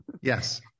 Yes